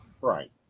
right